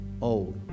Old